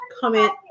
comment